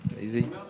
Easy